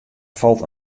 falt